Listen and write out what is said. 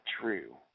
true